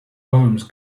holmes